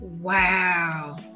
Wow